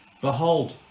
Behold